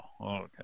okay